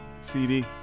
CD